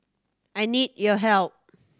I need your help